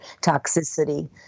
toxicity